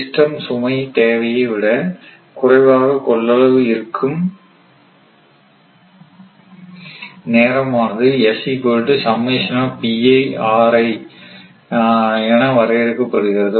system சுமை தேவையைவிட குறைவாக கொள்ளளவு இருக்கும் நேரம் ஆனது என வரையறுக்கப்படுகிறது